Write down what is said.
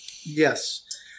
Yes